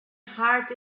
heart